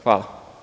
Hvala.